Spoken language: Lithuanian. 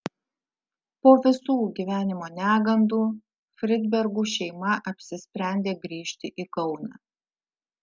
po visų gyvenimo negandų fridbergų šeima apsisprendė grįžti į kauną